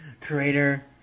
creator